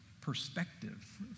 perspective